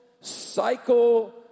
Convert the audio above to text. cycle